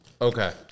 Okay